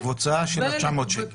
וקבוצה של ה-900 שקל.